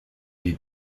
est